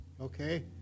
Okay